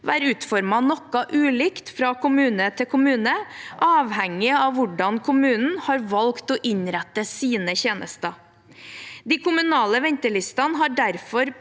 være utformet noe ulikt fra kommune til kommune avhengig av hvordan kommunen har valgt å innrette sine tjenester. De kommunale ventelistene har derfor